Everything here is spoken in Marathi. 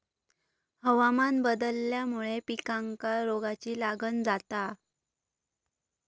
हवामान बदलल्यामुळे पिकांका रोगाची लागण जाता